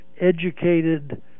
educated